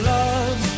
love